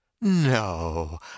no